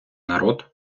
народ